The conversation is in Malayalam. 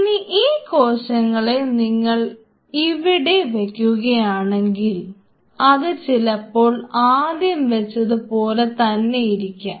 ഇനി ഈ കോശങ്ങളെ നിങ്ങൾ ഇവിടെ വെക്കുകയാണെങ്കിൽ അത് ചിലപ്പോൾ ആദ്യം വെച്ചത് പോലെ തന്നെ ഇരിക്കാം